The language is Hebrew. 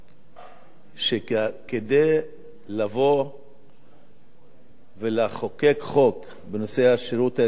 שכדי לבוא ולחוקק חוק בנושא השירות האזרחי לאוכלוסייה הערבית,